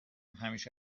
همیشه